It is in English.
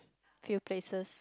cute places